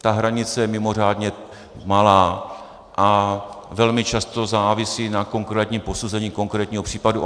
Ta hranice je mimořádně malá a velmi často závisí na konkrétním posouzení konkrétního případu.